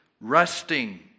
resting